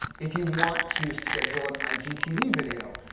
if you want to schedule an igtv video,